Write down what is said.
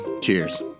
Cheers